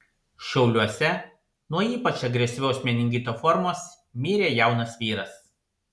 šiauliuose nuo ypač agresyvios meningito formos mirė jaunas vyras